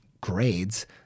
grades